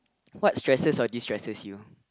what stresses or distresses you